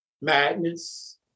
madness